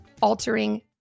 altering